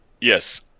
yes